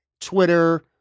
Twitter